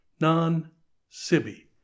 non-sibi